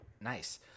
Nice